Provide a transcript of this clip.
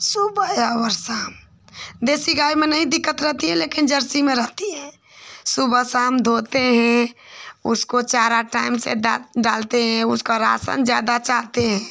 सुबह और शाम देसी गाय में नहीं दिक्कत रहती है लेकिन जर्सी में रहती है सुबह शाम धोते हैं उसको चारा टाइम से डाल डालते हैं उसका राशन ज़्यादा चाहते हैं